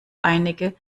einige